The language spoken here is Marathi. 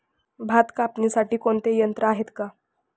भात कापणीसाठी कोणते यंत्र आहेत का?